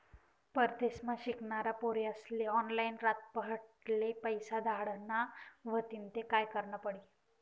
परदेसमा शिकनारा पोर्यास्ले ऑनलाईन रातपहाटले पैसा धाडना व्हतीन ते काय करनं पडी